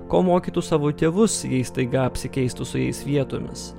ko mokytų savo tėvus jei staiga apsikeistų su jais vietomis